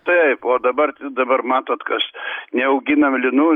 taip o dabar dabar matot kas neauginam linų